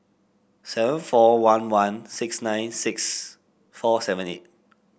seven four one one six nine six four seven eight